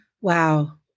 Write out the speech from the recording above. Wow